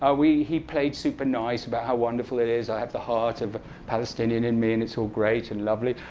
ah he played super nice about how wonderful it is. i have the heart of a palestinian in me, and it's all great and lovely.